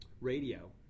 radio